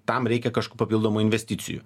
tam reikia kažkų papildomų investicijų